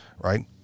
right